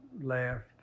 laughed